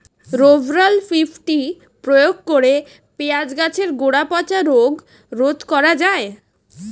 Rovral fifty প্রয়োগ করে পেঁয়াজের গোড়া পচা রোগ রোধ করা যায়?